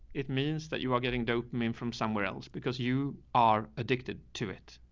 it means that you are getting dope meme from somewhere else because you are addicted to it.